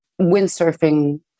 Windsurfing